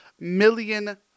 million